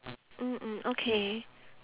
mm mm okay